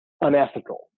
unethical